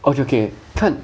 okay okay 看